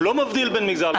הוא לא מבדיל בין מגזר למגזר.